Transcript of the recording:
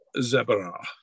Zebra